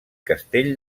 castell